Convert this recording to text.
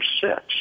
six